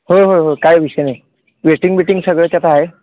होय होय होय काय विषय नाही वेटिंग बिटिंग सगळं त्यात हाय